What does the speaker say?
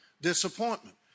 Disappointment